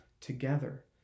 together